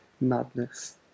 madness